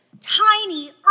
tiny